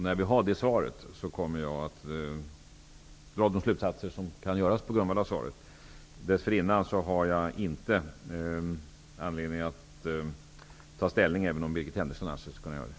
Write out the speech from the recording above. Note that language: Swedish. När vi har det svaret kommer jag att dra de slutsatser som kan göras på grundval av detta. Dessförinnan har jag inte anledning att ta ställning, även om Birgit Henriksson anser sig kunna göra det.